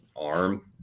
arm